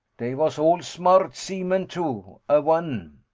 dey vas all smart seaman, too a one.